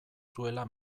zuela